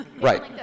right